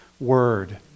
word